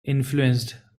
influenced